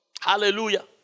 Hallelujah